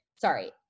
sorry